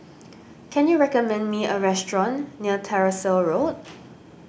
can you recommend me a restaurant near Tyersall Road